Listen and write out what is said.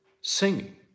singing